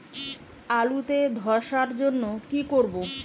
আলুতে ধসার জন্য কি করব?